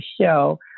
show